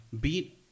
Beat